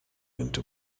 into